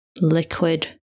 liquid